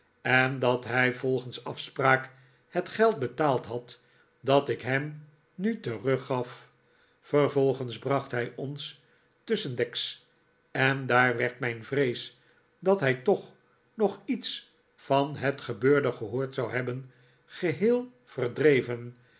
en dat hij volgens af spraak het geld betaald had dat ik hem nu teruggaf vervolgens bracht hij ons tusschendeks en daar werd mijn vrees dat hij toch nog iets van het gebeurde gehoord zou hebben geheel verdreven